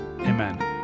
Amen